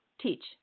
teach